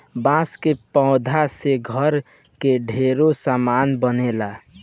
बांस के पौधा से घर के ढेरे सामान बनेला